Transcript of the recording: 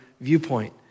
viewpoint